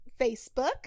Facebook